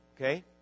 okay